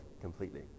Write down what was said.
completely